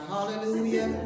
Hallelujah